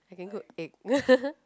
I can cook egg